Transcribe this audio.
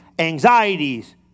Anxieties